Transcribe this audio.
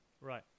Right